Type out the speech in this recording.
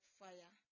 fire